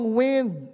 wind